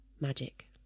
magic